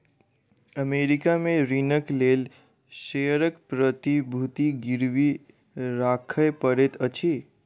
America में ऋणक लेल शेयरक प्रतिभूति गिरवी राखय पड़ैत अछि